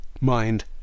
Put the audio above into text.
mind